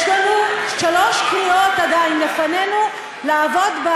יש לנו שלוש קריאות עדיין לפנינו לעבוד,